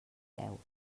deu